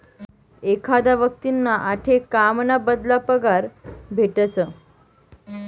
एखादा व्यक्तींना आठे काम ना बदला पगार भेटस